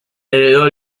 heredó